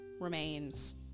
remains